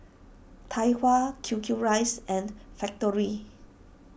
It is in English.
Tai Hua Q Q Rice and Factorie